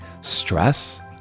stress